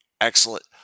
Excellent